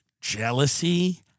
jealousy